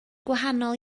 gwahanol